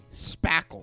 Spackle